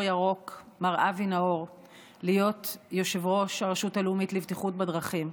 ירוק מר אבי נאור ליושב-ראש הרשות הלאומית לבטיחות בדרכים.